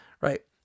right